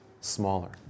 smaller